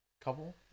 couple